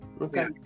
Okay